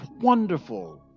Wonderful